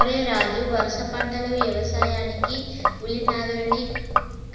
ఓరై రాజు వరుస పంటలు యవసాయానికి ఉలి నాగలిని